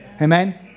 Amen